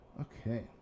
okay